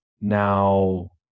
now